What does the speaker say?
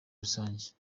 rusange